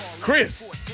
chris